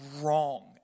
wrong